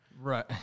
Right